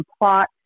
plot